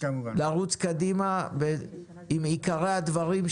לרוץ קדימה עם עיקרי הדברים,